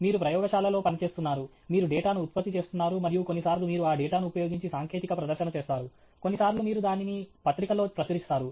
మీరు ప్రయోగశాలలో పని చేస్తున్నారు మీరు డేటాను ఉత్పత్తి చేస్తున్నారు మరియు కొన్నిసార్లు మీరు ఆ డేటాను ఉపయోగించి సాంకేతిక ప్రదర్శన చేస్తారు కొన్నిసార్లు మీరు దానిని పత్రికలో ప్రచురిస్తారు